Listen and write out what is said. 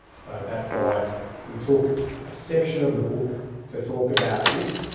so that's why we talk a section of the book to talk about this.